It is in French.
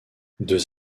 deux